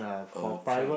okay